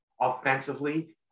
offensively